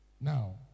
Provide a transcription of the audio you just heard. Now